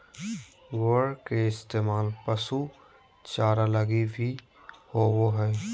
ग्वार के इस्तेमाल पशु चारा लगी भी होवो हय